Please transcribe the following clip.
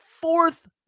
fourth